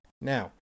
Now